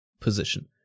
position